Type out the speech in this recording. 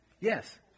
Yes